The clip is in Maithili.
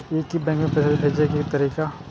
एक ही बैंक मे पैसा भेजे के तरीका?